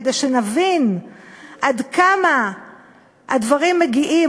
כדי שנבין עד כמה הדברים מגיעים,